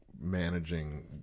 managing